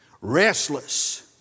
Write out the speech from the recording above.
restless